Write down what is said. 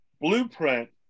blueprint